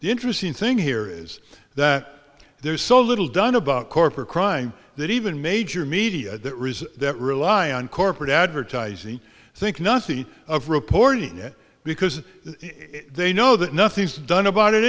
the interesting thing here is that there's so little done about corporate crime that even major media that resists that rely on corporate advertising think nothing of reporting it because they know that nothing's done about it